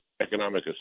economic